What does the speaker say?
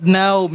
now